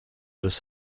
los